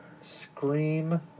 Scream